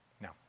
Now